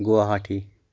Guwahati